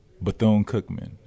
Bethune-Cookman